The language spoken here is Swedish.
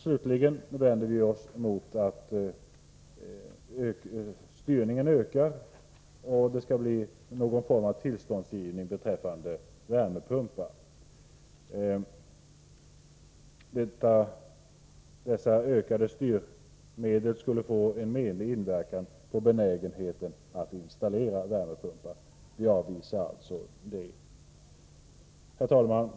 Slutligen vänder vi oss emot att styrningen skall öka och att det skall bli någon form av tillståndsgivning beträffande värmepumpar. Denna ökade styrning skulle få en menlig inverkan på benägenheten att installera värmepumpar. Vi avvisar alltså det förslaget. Herr talman!